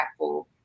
impactful